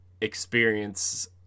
experience